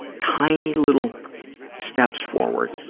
tiny little steps forward.